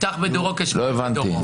לא הבנתי.